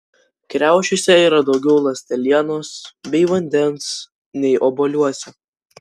kriaušėse yra daugiau ląstelienos bei vandens nei obuoliuose